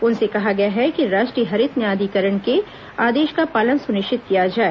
उनसे कहा गया है कि राष्ट्रीय हरित न्यायाधिकरण के आदेश का पालन सुनिश्चित किया जाए